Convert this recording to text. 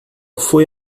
foi